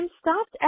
stopped